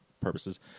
purposes